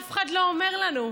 אף אחד לא אומר לנו,